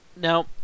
Now